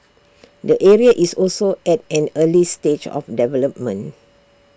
the area is also at an early stage of development